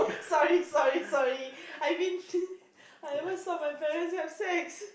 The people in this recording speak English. sorry sorry sorry I've been I ever saw my parents have sex